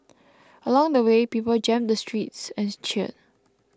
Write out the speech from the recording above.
along the way people jammed the streets and cheered